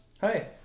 Hi